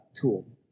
tool